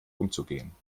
umzugehen